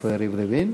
איפה יריב לוין?